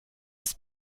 ist